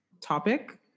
topic